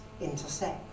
intersect